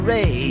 Ray